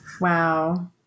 Wow